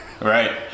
right